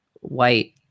white